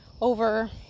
over